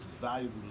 valuable